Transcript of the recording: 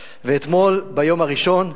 ואתמול, ביום הראשון,